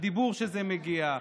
הדיבור שזה מגיע אליו.